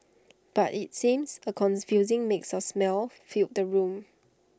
but IT seems A confusing mix of smells filled the room